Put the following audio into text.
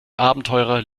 abenteurer